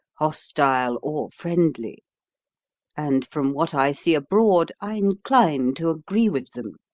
hostile or friendly and from what i see abroad, i incline to agree with them.